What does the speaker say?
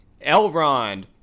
Elrond